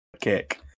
kick